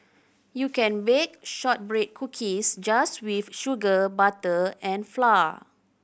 you can bake shortbread cookies just with sugar butter and flour